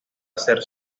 hacer